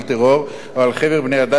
או על חבר בני-אדם כארגון טרור,